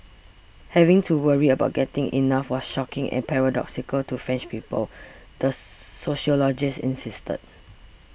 having to worry about getting enough was shocking and paradoxical to French people the sociologist insisted